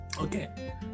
Okay